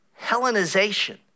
Hellenization